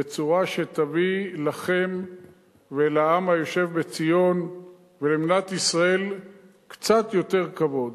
בצורה שתביא לכם ולעם היושב בציון ולמדינת ישראל קצת יותר כבוד.